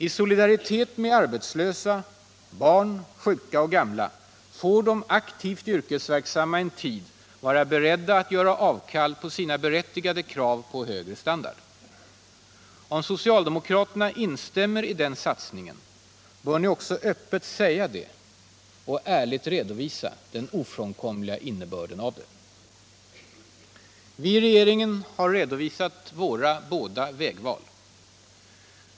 I solidaritet med arbetslösa, barn, sjuka och gamla får de aktivt yrkesverksamma en tid vara beredda att göra avkall på sina berättigade krav på högre standard. Om socialdemokraterna instämmer i den satsningen bör ni också öppet säga det och ärligt redovisa den ofrånkomliga innebörden. Vi i regeringen har redovisat våra båda vägval.